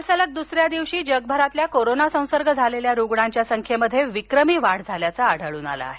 काल सलग दुसऱ्या दिवशी जगभरातल्या कोरोना संसर्ग झालेल्या रुग्णांच्या संख्येत विक्रमी वाढ झाल्याचं आढळून आलं आहे